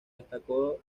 destacó